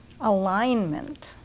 Alignment